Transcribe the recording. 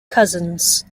cousins